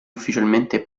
ufficialmente